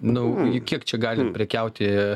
nu kiek čia galim prekiauti